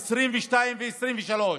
2022 ו-2023,